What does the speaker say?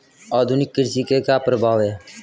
आधुनिक कृषि के क्या प्रभाव हैं?